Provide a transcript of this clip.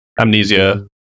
Amnesia